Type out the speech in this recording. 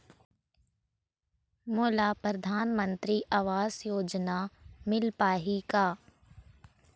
मोला परधानमंतरी आवास योजना मिल पाही का?